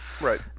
Right